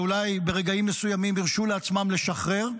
ואולי ברגעים מסוימים הרשו לעצמם לשחרר.